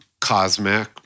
Cosmic